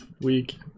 Week